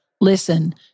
listen